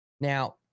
Now